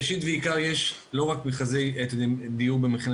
ראשית ועיקר יש לא רק מכרזי דיור במחיר למשתכן,